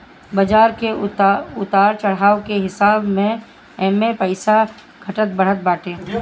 बाजार के उतार चढ़ाव के हिसाब से एमे पईसा घटत बढ़त बाटे